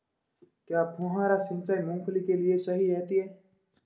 क्या फुहारा सिंचाई मूंगफली के लिए सही रहती है?